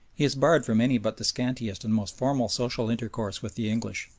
he is barred from any but the scantiest and most formal social intercourse with the english,